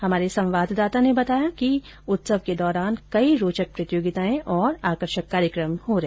हमारे संवाददाता ने बताया कि उत्सव के दौरान कई रोचक प्रतियोगिताएं और आकर्षक कार्यक्रम होगें